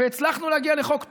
והצלחנו להגיע לחוק טוב.